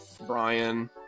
Brian